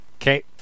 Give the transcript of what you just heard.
Okay